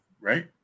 right